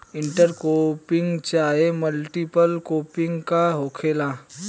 Inter cropping चाहे multiple cropping का होखेला?